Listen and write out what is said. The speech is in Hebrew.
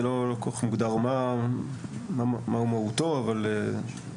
לא כל כך מוגדר מה הוא מהותי, אבל אפשרי.